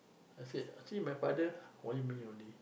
I said I see my father only me only